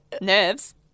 Nerves